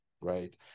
right